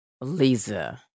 Lisa